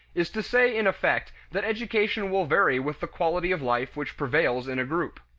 is to say in effect that education will vary with the quality of life which prevails in a group.